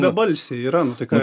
bebalsiai yra nu tai ką